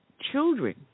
children